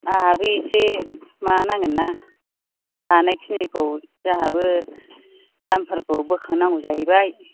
आंहाबो एसे माबानांगोन ना हानायखिनिखौ जोंहाबो दामफोरखौ बोखांनांगौ जाहैबाय